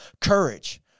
Courage